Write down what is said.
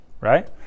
Right